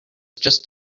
just